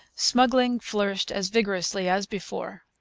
smuggling flourished as vigorously as before.